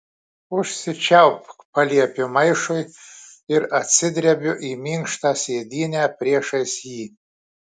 užsičiaupk paliepiu maišui ir atsidrebiu į minkštą sėdynę priešais jį